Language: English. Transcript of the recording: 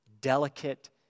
delicate